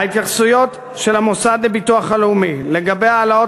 ההתייחסויות של המוסד לביטוח לאומי לגבי ההעלאות